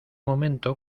momento